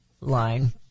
line